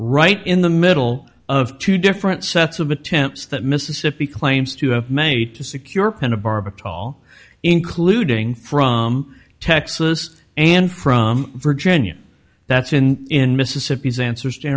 right in the middle of two different sets of attempts that mississippi claims to have made to secure kind of barba tall including from texas and from virginia that's in in mississippi's answers to